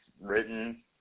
written